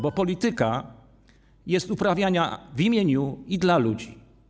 Bo polityka jest uprawiana w imieniu i dla ludzi.